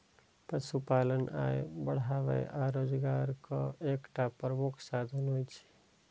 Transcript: पशुपालन आय बढ़ाबै आ रोजगारक एकटा प्रमुख साधन होइ छै